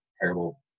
terrible